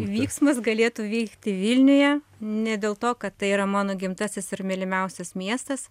vyksmas galėtų vykti vilniuje ne dėl to kad tai yra mano gimtasis ir mylimiausias miestas